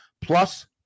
plus